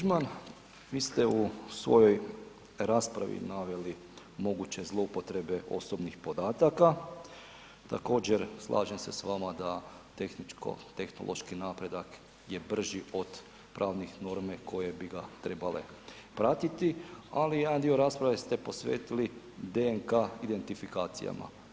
Kolega Tuđman vi ste u svojoj raspravi naveli moguće zloupotrebe osobnih podataka, također slažem se s vama da tehničko tehnološki napredak je brži od pravnih normi koje bi ga trebale pratiti, ali jedan dio rasprave ste posvetili DNK identifikacijama.